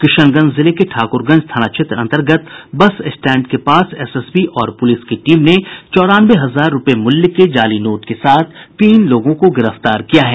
किशनगंज जिले के ठाक्रगंज थाना क्षेत्र अन्तर्गत बस स्टेंड के पास एसएसबी और पुलिस की टीम ने चौरानवे हजार रूपये मूल्य के जाली नोट के साथ तीन लोगों को गिरफ्तार किया है